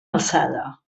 alçada